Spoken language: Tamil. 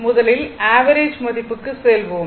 முதலில் ஆவரேஜ் மதிப்புக்கு செல்வோம்